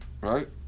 Right